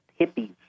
hippies